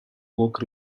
woke